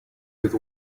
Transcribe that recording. with